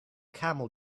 camel